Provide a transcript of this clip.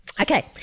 Okay